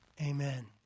Amen